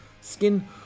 Skin